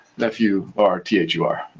F-U-R-T-H-U-R